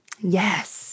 yes